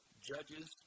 Judges